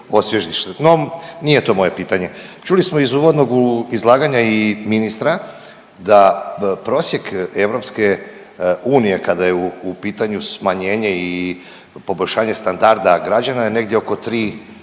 no nije to moje pitanje. Čuli smo iz uvodnog izlaganja i ministra da prosjek EU kada je u pitanju smanjenje i poboljšanje standarda građana je negdje oko 3, 3-3,5%,